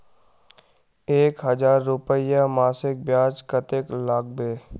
एक हजार रूपयार मासिक ब्याज कतेक लागबे?